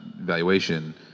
Valuation